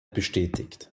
bestätigt